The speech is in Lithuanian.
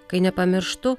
kai nepamirštu